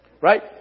Right